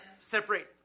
separate